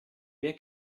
wer